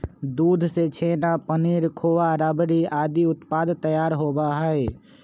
दूध से छेना, पनीर, खोआ, रबड़ी आदि उत्पाद तैयार होबा हई